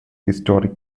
historic